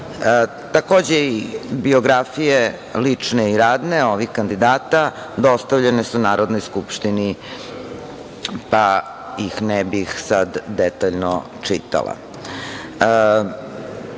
biografije, lične i radne, ovih kandidata dostavljene su Narodnoj skupštini, pa ih ne bih sada detaljno čitala. Na